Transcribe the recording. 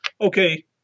Okay